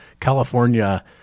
California